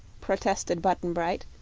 protested button-bright,